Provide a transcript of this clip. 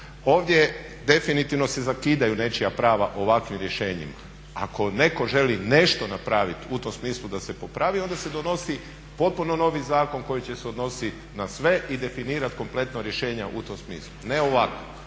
Ovdje definitivno se zakidaju nečija prava ovakvim rješenjima. Ako netko želi nešto napraviti u tom smislu da se popravi i onda se donosi potpuno novi zakon koji će se odnositi na sve i definirati kompletno rješenja u tom smislu, a ne ovako